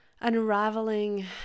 unraveling